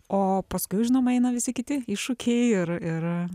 o paskui žinoma eina visi kiti iššūkiai ir ir